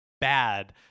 bad